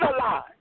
alive